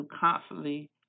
constantly